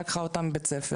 לקחה אותה מבית ספר,